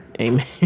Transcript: amen